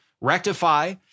Rectify